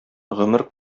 гомер